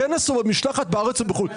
בכנס או במשלחת בארץ או בחו"ל.